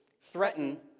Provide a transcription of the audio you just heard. threaten